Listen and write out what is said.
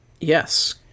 Yes